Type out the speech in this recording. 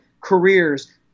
careers